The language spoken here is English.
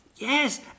Yes